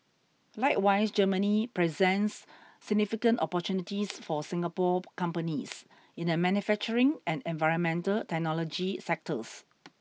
likewise Germany presents significant opportunities for Singapore companies in the manufacturing and environmental technology sectors